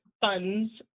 funds